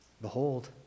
Behold